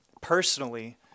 personally